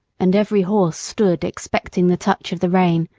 and every horse stood expecting the touch of the rein,